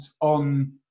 on